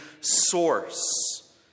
source